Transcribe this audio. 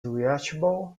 reachable